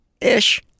Ish